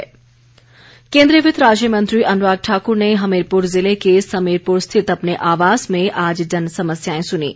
अनुराग ठाकुर केन्द्रीय वित्त राज्य मंत्री अनुराग ठाकुर ने हमीरपुर ज़िले के समीरपुर स्थित अपने आवास में आज जनसमस्याएं सुनीं